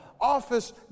office